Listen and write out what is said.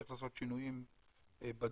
צריך לעשות שינויים בדוד,